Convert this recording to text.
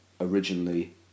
originally